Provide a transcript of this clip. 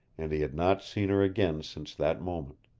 and he had not seen her again since that moment.